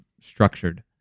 structured